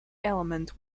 element